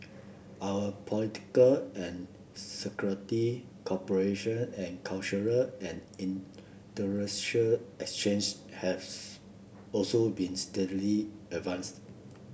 our political and security cooperation and cultural and intellectual exchanges have also been steadily advance